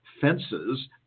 fences